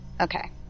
Okay